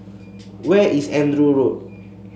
where is Andrew Road